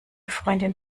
freundin